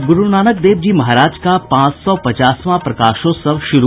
और गुरूनानक देव जी महाराज का पांच सौ पचासवां प्रकाशोत्सव शुरू